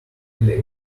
quickly